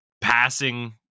passing